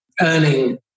earning